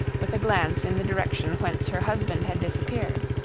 with a glance in the direction whence her husband had disappeared.